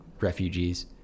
refugees